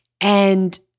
And-